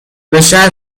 بشر